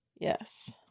Yes